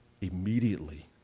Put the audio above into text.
immediately